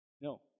No